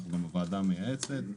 אנחנו גם בוועדה המייעצת,